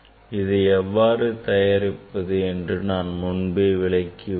அதை எவ்வாறு தயாரிப்பது என்று நான் முன்பே விளக்கியுள்ளேன்